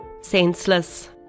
Senseless